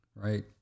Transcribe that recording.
right